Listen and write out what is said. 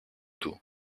του